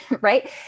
right